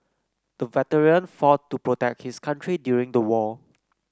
the veteran fought to protect his country during the war